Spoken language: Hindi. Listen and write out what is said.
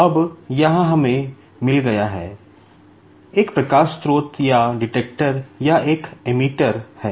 अब यहाँ हमें मिल गया है एक प्रकाश स्रोत या डिटेक्टर है